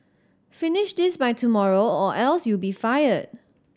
finish this by tomorrow or else you'll be fired